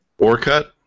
Orcut